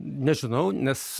nežinau nes